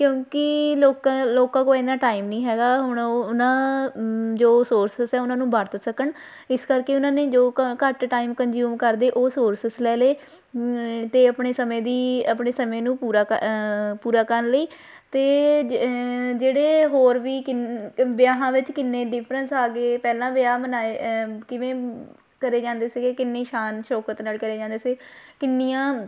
ਕਿਉਂਕਿ ਲੋਕਾਂ ਲੋਕਾਂ ਕੋਲ ਇੰਨਾ ਟਾਈਮ ਨਹੀਂ ਹੈਗਾ ਹੁਣ ਉਹ ਉਹਨਾਂ ਜੋ ਸੋਰਸਿਸ ਹੈ ਉਹਨਾਂ ਨੂੰ ਵਰਤ ਸਕਣ ਇਸ ਕਰਕੇ ਉਹਨਾਂ ਨੇ ਜੋ ਘੱਟ ਟਾਈਮ ਕੰਜਿਊਮ ਕਰਦੇ ਉਹ ਸੋਰਸਿਸ ਲੈ ਲਏ ਅਤੇ ਆਪਣੇ ਸਮੇਂ ਦੀ ਆਪਣੇ ਸਮੇਂ ਨੂੰ ਪੂਰਾ ਕਰ ਪੂਰਾ ਕਰਨ ਲਈ ਅਤੇ ਜੇਹ ਜਿਹੜੇ ਹੋਰ ਵੀ ਕਿੰਨ ਵਿਆਹਾਂ ਵਿੱਚ ਕਿੰਨੇ ਡਿਫਰੈਂਸ ਆ ਗਏ ਪਹਿਲਾਂ ਵਿਆਹ ਮਨਾਏ ਕਿਵੇਂ ਕਰੇ ਜਾਂਦੇ ਸੀਗੇ ਕਿੰਨੀ ਸ਼ਾਨ ਸ਼ੌਕਤ ਨਾਲ ਕਰੇ ਜਾਂਦੇ ਸੀ ਕਿੰਨੀਆਂ